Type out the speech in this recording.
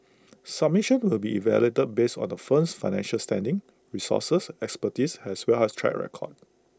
submissions will be evaluated based on the firm's financial standing resources expertise as well as track record